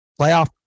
playoff